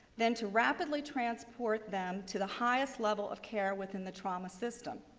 then to rapidly transport them to the highest levels of care within the trauma system.